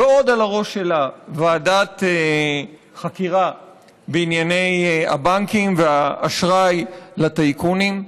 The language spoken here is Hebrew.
ועוד על הראש שלה ועדת חקירה בענייני הבנקים והאשראי לטייקונים.